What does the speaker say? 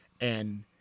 And-